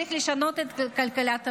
צריך לשנות את כלכלת הבריאות.